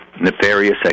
nefarious